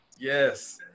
Yes